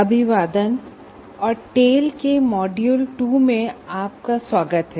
अभिवादन और टेल के मॉड्यूल 2 में आपका स्वागत है